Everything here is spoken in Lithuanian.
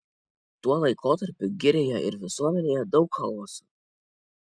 tuo laikotarpiu girioje ir visuomenėje daug chaoso